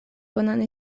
bonan